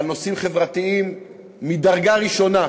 על נושאים חברתיים מדרגה ראשונה,